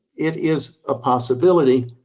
it is a possibility,